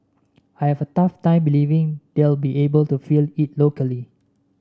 I have a tough time believing they'll be able to fill it locally